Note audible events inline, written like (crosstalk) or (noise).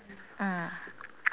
mm (noise)